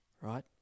right